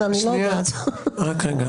לא אושר בוועדה.